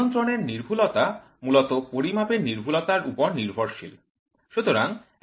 নিয়ন্ত্রণের নির্ভুলতা মূলত পরিমাপের নির্ভুলতা র উপর নির্ভরশীল